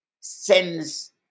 sends